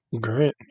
Great